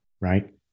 right